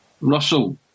Russell